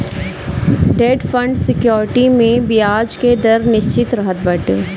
debt fund security में बियाज के दर निश्चित रहत बाटे